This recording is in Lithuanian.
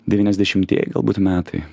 devyniasdešimtieji galbūt metai